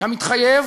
המתחייב